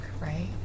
right